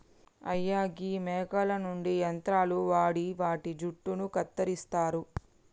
అయ్యా గీ మేకల నుండి యంత్రాలు వాడి వాటి జుట్టును కత్తిరిస్తారు